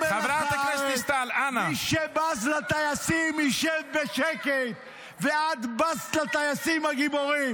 מי ששלח את הטייסים ואת חיילי צה"ל